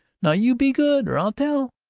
now, you be good or i'll tell!